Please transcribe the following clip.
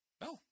No